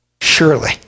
Surely